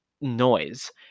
noise